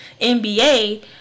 NBA